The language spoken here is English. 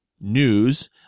news